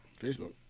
Facebook